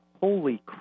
holy